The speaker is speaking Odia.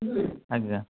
ଆଜ୍ଞା